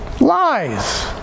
lies